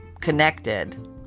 connected